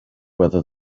whether